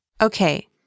Okay